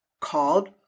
called